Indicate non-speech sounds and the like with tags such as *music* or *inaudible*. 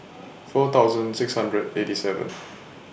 four thousand six hundred eighty seven *noise*